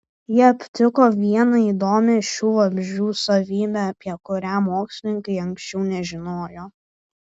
ji aptiko vieną įdomią šių vabzdžių savybę apie kurią mokslininkai anksčiau nežinojo